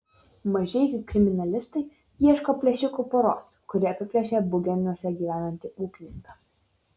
mažeikių kriminalistai ieško plėšikų poros kuri apiplėšė bugeniuose gyvenantį ūkininką